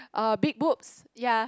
uh big boobs ya